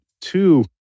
two